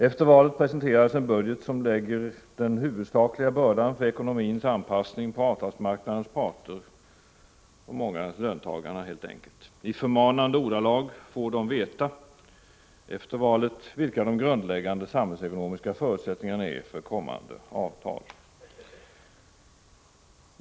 Efter valet presenterades en budget som lägger den huvudsakliga bördan för ekonomins anpassning på avtalsmarknadens parter — de många löntagarna, helt enkelt. I förmanande ordalag får de veta — efter valet — vilka de grundläggande samhällsekonomiska förutsättningarna är för kommande avtal.